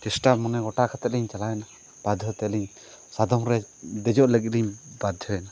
ᱪᱮᱥᱴᱟ ᱢᱚᱱᱮ ᱜᱚᱴᱟ ᱠᱟᱛᱮᱫ ᱞᱤᱧ ᱪᱟᱞᱟᱣᱮᱱᱟ ᱵᱟᱫᱽᱫᱷᱚ ᱛᱮ ᱟᱹᱞᱤᱧ ᱥᱟᱫᱚᱢ ᱨᱮ ᱫᱮᱡᱚᱜ ᱞᱟᱹᱜᱤᱫ ᱞᱤᱧ ᱵᱟᱫᱽᱫᱷᱚᱭᱮᱱᱟ